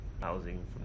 housing